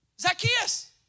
Zacchaeus